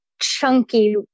chunky